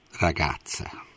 ragazza